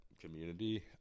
community